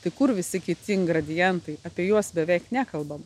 tai kur visi kiti ingredientai apie juos beveik nekalbame